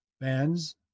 bands